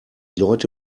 leute